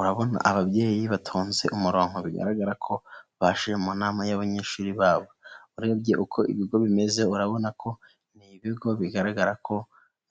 Urabona ababyeyi batonze umuronko bigaragara ko baje mu nama y'abanyeshuri babo, urebye uko ibigo bimeze urabona ko ni ibigo bigaragara ko